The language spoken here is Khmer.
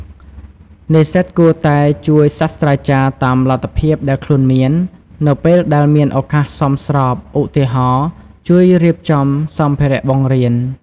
និស្សិតគួរតែ ជួយសាស្រ្តាចារ្យ តាមលទ្ធភាពដែលខ្លួនមាន នៅពេលដែលមានឱកាសសមស្រប (ឧទាហរណ៍ ជួយរៀបចំសម្ភារៈបង្រៀន)។